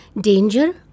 danger